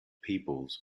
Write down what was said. peoples